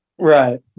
Right